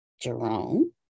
Jerome